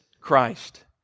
Christ